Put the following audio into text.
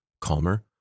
calmer